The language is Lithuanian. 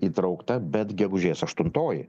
įtraukta bet gegužės aštuntoji